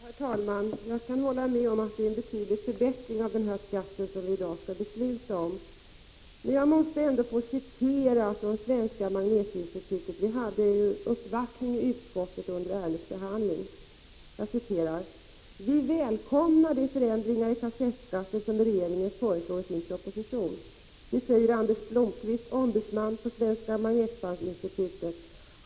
Herr talman! Jag kan hålla med om att det i fråga om den här skatten är en betydlig förbättring som vi i dag skall fatta beslut om. Jag måste ändå få 67 återge vad man från Svenska magnetbandinstitutet har sagt. Under ärendets behandling gjordes nämligen en uppvaktning hos utskottet. Vi välkomnar de förändringar i fråga om kassettskatten som regeringen föreslår i sin proposition, säger Anders Blomqvist som är ombudsman på Svenska magnetbandinstitutet.